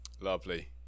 Lovely